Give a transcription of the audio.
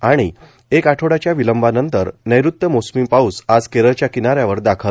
आणि एक आठवड्याच्या विलंबानंतर नैऋत्य मोसमी पाऊस आज केरळच्या किनाऱ्यावर दाखल